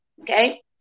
Okay